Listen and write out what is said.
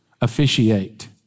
Officiate